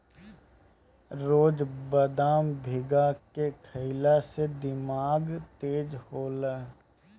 रोज बदाम भीगा के खइला से दिमाग तेज होला